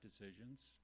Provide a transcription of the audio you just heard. decisions